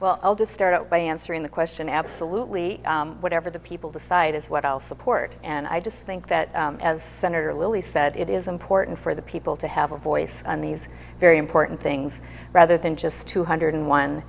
well i'll just start out by answering the question absolutely whatever the people decide is what i'll support and i just think that as senator lilly said it is important for the people to have a voice on these very important things rather than just two hundred